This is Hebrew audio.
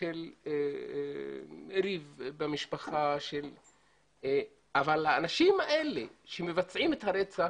של ריב במשפחה, אבל האנשים האלה שמבצעים את הרצח,